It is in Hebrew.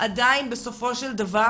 עדיין בסופו של דבר,